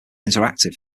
interactive